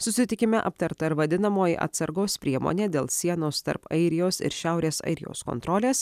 susitikime aptarta ir vadinamoji atsargos priemonė dėl sienos tarp airijos ir šiaurės airijos kontrolės